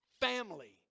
Family